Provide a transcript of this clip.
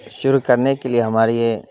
شروع کرنے کے لیے ہماری یہ